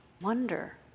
wonder